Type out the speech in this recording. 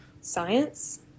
science